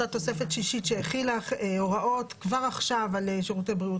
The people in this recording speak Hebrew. אותה תוספת שישית שהחילה הוראות כבר עכשיו על שירותי בריאות,